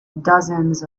dozens